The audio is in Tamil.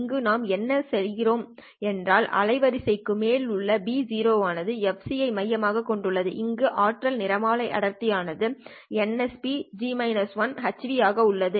இங்கு நாம் என்ன சொல்கிறோம் என்றால் அலைவரிசைக்கு மேல் உள்ள B0 ஆனது fc ஐ மையமாகக் கொண்டுள்ளது இங்கு ஆற்றல் நிறமாலை அடர்த்திஆனது nsphν ஆக உள்ளது